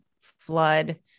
flood